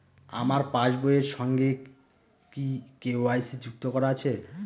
আমার পাসবই এর সঙ্গে কি কে.ওয়াই.সি যুক্ত করা আছে?